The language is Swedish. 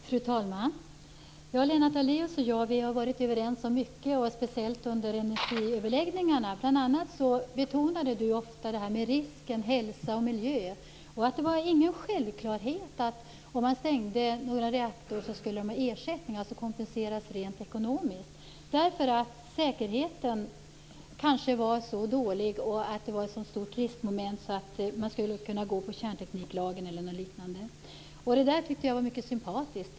Fru talman! Lennart Daléus och jag har varit överens om mycket, speciellt under energiöverläggningarna. Bl.a. betonade Lennart Daléus ofta riskerna för hälsa och miljö. Han sade också att det inte var någon självklarhet att ägarna skulle ha ersättning, dvs. kompenseras rent ekonomiskt, om en reaktor stängdes. Säkerheten kanske var så dålig och riskmomentet så stort att man skulle kunna gå efter kärntekniklagen eller något liknande i stället. Det där tyckte jag var mycket sympatiskt.